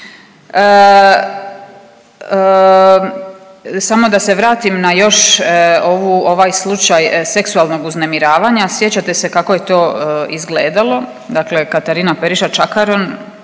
Samo da se vratim na još ovaj slučaj seksualnog uznemiravanja. Sjećate se kako je to izgledalo. Dakle, Katarina Periša Čakarun